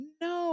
No